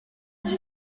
ist